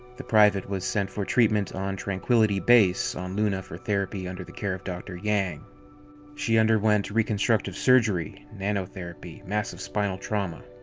the private was sent for treament on tranquility base on luna for therapy under the care of dr. yang she underwent reconstructive surgery, nanotherapy, massive spinal trauma.